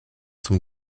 zum